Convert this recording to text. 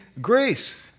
grace